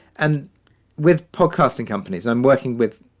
and with podcasting companies i'm working with,